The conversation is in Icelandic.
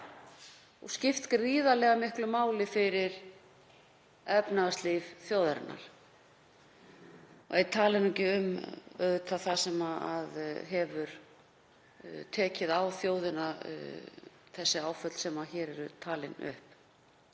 og skipt gríðarlega miklu máli fyrir efnahagslíf þjóðarinnar, svo ég tali nú ekki um það sem hefur tekið á þjóðina, þessi áföll sem hér eru talin upp.